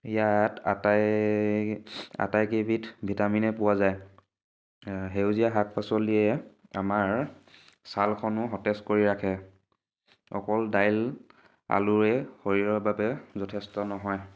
ইয়াত আটাই আটাইকেইবিধ ভিটামিনে পোৱা যায় সেউজীয়া শাক পাচলিয়ে আমাৰ ছালখনো সতেজ কৰি ৰাখে অকল দাইল আলুৰে শৰীৰৰ বাবে যথেষ্ট নহয়